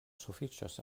sufiĉos